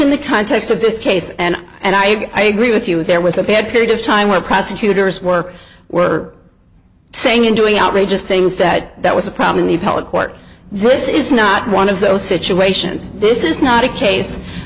in the context of this case and and i agree with you there was a bad period of time where prosecutors were were saying and doing outrageous things that that was a problem in the appellate court this is not one of those situations this is not a case